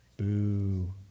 Boo